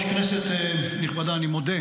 חבר הכנסת אלון שוסטר.